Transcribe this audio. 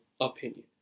opinion